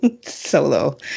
solo